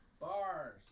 Bars